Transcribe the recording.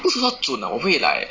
不是说 zun lah 我会 like